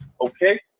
okay